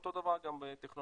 אותו דבר גם בטכנולוגיות,